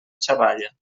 xavalla